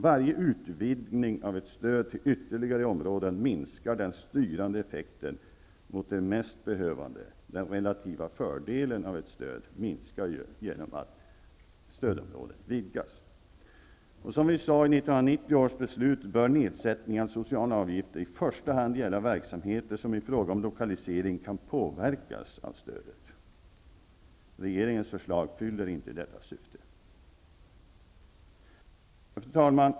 Varje utvidgning av ett stöd till ytterligare områden minskar den styrande effekten för de mest behövande. Den relativa fördelen av ett stöd minskar ju genom att stödområdet vidgas. Som vi sade i 1990 års beslut bör nedsättningen av sociala avgifter i första hand gälla verksamheter som i fråga om lokalisering kan påverkas av stödet. Regeringens förslag fyller inte detta syfte. Fru talman!